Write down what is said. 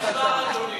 המזכיר?